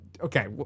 okay